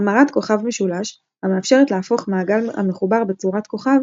המרת כוכב-משולש - המאפשרת להפוך מעגל המחובר בצורת כוכב,